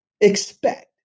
expect